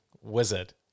wizard